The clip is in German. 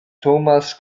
thomas